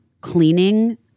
cleaning